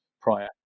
prior